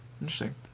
Interesting